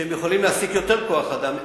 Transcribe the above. ויכולים להעסיק יותר כוח-אדם,